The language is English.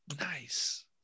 Nice